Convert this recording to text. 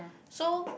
so